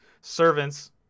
servants